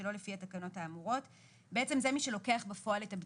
שלא לפי התקנות האמורות.